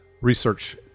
research